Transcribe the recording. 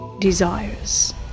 desires